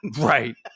Right